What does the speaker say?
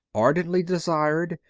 ardently desired,